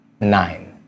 nine